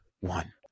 one